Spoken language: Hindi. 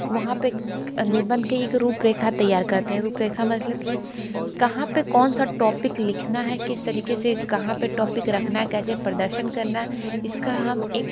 वहाँ पे निबंध के एक रूपरेखा तैयार करते हैं रूपरेखा मतलब की कहाँ पे कौन सा टोपिक लिखना है किस तरीके से कहाँ पे टोपिक रखना है कैसे प्रदर्शन करना है इसका हम एक